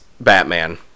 Batman